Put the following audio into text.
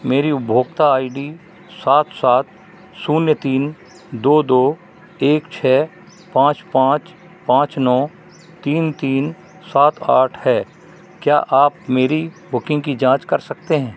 मेरी उपभोक्ता I D सात सात शून्य तीन दो दो एक छह पाँच पाँच पाँच नौ तीन तीन सात आठ है क्या आप मेरी बुकिन्ग की जाँच कर सकते हैं